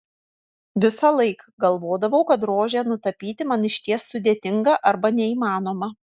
visąlaik galvodavau kad rožę nutapyti man išties sudėtinga arba neįmanoma